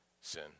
sin